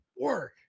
Work